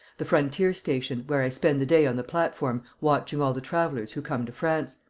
the frontier-station, where i spend the day on the platform watching all the travellers who come to france.